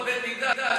הלכות בית-מקדש,